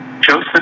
Joseph